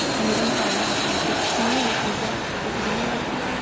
and they didn't find anything. but to me it was ah it was a miracle.